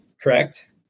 correct